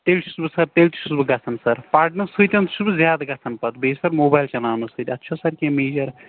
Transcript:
تیٚلہ تہِ چھُس بہٕ تیٚلہِ تہِ چھُس بہٕ گَژھان سَر پَرنَس سۭتیٚن چھُس بہٕ زیادٕ گَژھَن پتہٕ بییٚہِ سَر موبایِل چَلاونہٕ سۭتۍ اَتھ چھَ سَر کینٛہہ میجَر